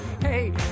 hey